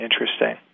Interesting